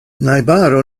najbaro